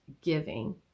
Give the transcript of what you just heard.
giving